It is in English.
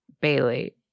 bailey